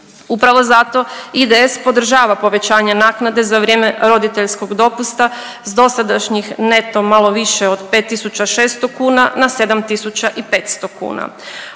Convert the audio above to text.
Upravo zato IDS podržava povećanje naknade za vrijeme roditeljskog dopusta s dosadašnjih neto malo više od 5.600 kuna na 7.500 kuna.